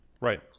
right